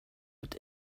wird